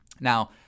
Now